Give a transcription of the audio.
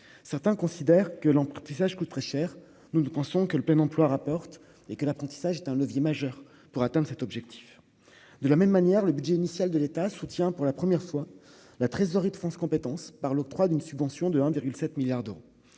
certains considèrent que l'emboutissage coûte très cher, nous, nous pensons que le plein emploi, rapporte et que l'apprentissage est un levier majeur pour atteindre cet objectif de la même manière, le budget initial de l'État soutient pour la première fois la trésorerie de France compétences par l'octroi d'une subvention de 1,7 milliards d'euros,